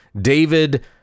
David